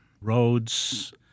Roads